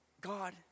God